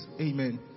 Amen